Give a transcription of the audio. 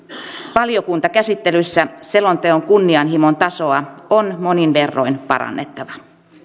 valiokuntakäsittelyssä selonteon kunnianhimon tasoa on monin verroin parannettava